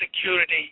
security